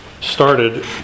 started